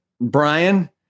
Brian